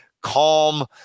calm